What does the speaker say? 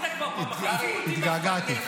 התגעגעתי.